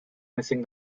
missing